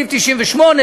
סעיף 98,